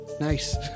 Nice